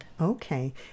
Okay